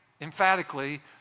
emphatically